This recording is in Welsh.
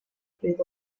bryd